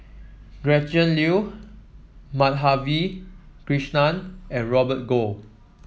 Gretchen Liu Madhavi Krishnan and Robert Goh